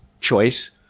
choice